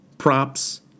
props